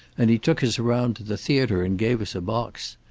and he took us around to the theater and gave us a box.